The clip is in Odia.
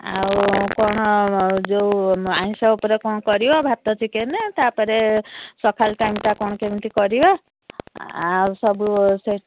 ଆଉ କ'ଣ ଯେଉଁ ଆମିଷ ଉପରେ କ'ଣ କରିବା ଭାତ ଚିକେନ୍ ତାପରେ ସଖାଳ ଟାଇମଟା କ'ଣ କେମିତି କରିବା ଆଉ ସବୁ ସେ